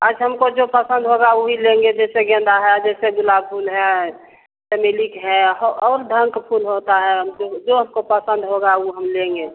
अच्छा हमको जो पसंद होगा वही लेंगे जैसे गेंद है जैसे गुलाब फूल है चमेली के है और बहुत फूल होता है जो हमको पसंद होगा वो हम लेंगे